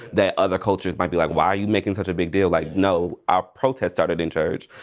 that other cultures might be like why are you making such a big deal like, no. our protests started in church.